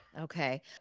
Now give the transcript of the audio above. Okay